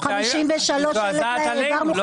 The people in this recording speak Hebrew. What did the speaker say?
לעזתים, לא